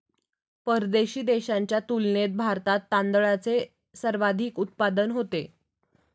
परदेशी देशांच्या तुलनेत भारतात तांदळाचे सर्वाधिक उत्पादन होते